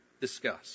discuss